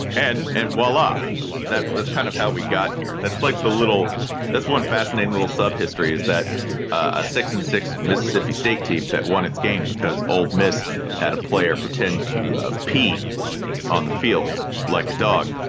and and while up that's that's kind of how we got here that's like the little that's one fascinating little sub history is that ah six and six. mississippi state team that won its game because old miss had a player pretend to pee on the field like a dog.